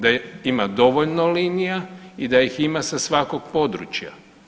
Da ima dovoljno linija i da ih ima sa svakog područja.